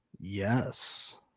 yes